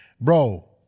bro